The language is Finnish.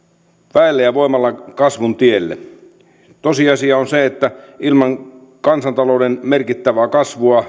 väellä ja ja voimalla kasvun tielle tosiasia on se että ilman kansantalouden merkittävää kasvua